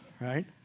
Right